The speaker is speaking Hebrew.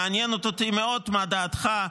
ומעניינת אותי מאוד דעתך,